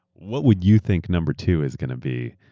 what would you think number two is going to be?